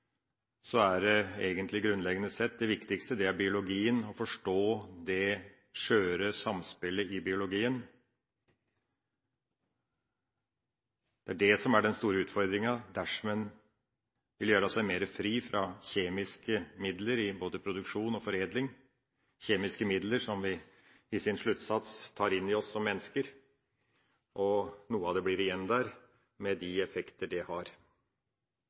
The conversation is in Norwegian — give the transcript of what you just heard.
er det viktigste, grunnleggende sett, egentlig biologien og å forstå det skjøre samspillet i biologien. Det er det som er den store utfordringen dersom en vil gjøre seg mer fri fra kjemiske midler i både produksjon og foredling – kjemiske midler som vi i deres sluttsats tar inn i oss som mennesker. Noe av det blir igjen der, med de effekter det har.